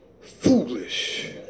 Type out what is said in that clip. foolish